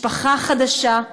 משפחה חדשה,